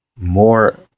more